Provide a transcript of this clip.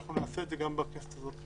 אנחנו נעשה את זה גם בכנסת הזאת.